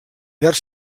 llarg